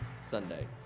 Sunday